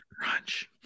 crunch